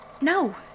no